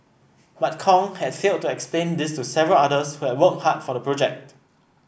but Kong had failed to explain this to several others who had worked hard for the project